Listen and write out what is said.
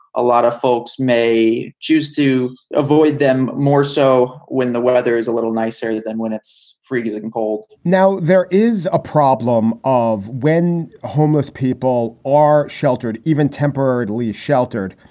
a lot of folks may choose to avoid them more so when the weather is a little nicer than when it's freezing cold now, there is a problem of when homeless people are sheltered, even temporarily sheltered.